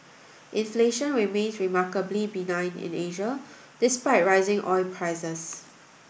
inflation remains remarkably benign in Asia despite rising oil prices